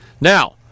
Now